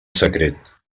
secret